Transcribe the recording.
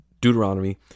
Deuteronomy